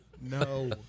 No